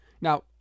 Now